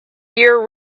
year